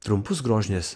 trumpus grožinės